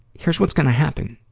here's what's gonna happen.